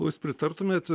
jūs pritartumėte